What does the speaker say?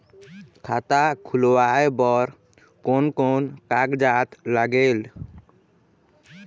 खाता खुलवाय बर कोन कोन कागजात लागेल?